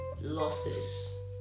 losses